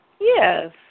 Yes